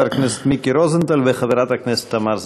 חבר הכנסת מיקי רוזנטל וחברת הכנסת תמר זנדברג.